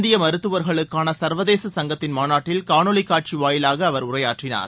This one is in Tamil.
இந்திய மருத்துவர்களுக்கான சர்வதேச சங்கத்தின் மாநாட்டில் காணொலி காட்சி வாயிலாக அவர் உரையாற்றினார்